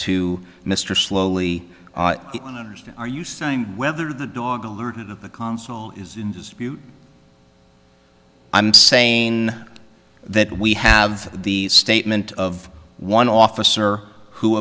to mr slowly and others are you saying whether the dog alerted at the console is in dispute i'm saying that we have the statement of one officer who